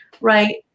right